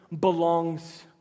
belongs